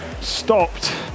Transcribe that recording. stopped